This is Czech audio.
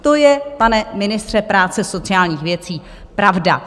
To je, pane ministře práce a sociálních věcí, pravda.